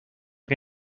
que